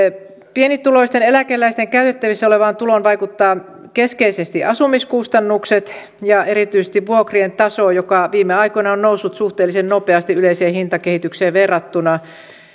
pienituloisten eläkeläisten käytettävissä olevaan tuloon vaikuttaa keskeisesti asumiskustannukset ja erityisesti vuokrien taso joka viime aikoina on noussut suhteellisen nopeasti yleiseen hintakehitykseen verrattuna